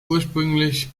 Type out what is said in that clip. ursprünglich